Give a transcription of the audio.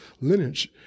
lineage